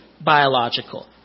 biological